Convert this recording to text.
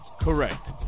Correct